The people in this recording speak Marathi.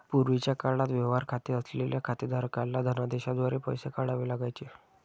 पूर्वीच्या काळात व्यवहार खाते असलेल्या खातेधारकाला धनदेशाद्वारे पैसे काढावे लागायचे